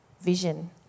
vision